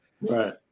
right